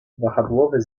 wahadłowy